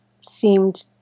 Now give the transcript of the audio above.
seemed